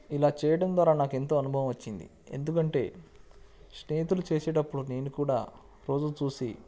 ఇలా చేయడం ద్వారా నాకు ఎంతో అనుభవం వచ్చింది ఎందుకంటే స్నేహితులు చేసేటప్పుడు నేను కూడా రోజు చూసి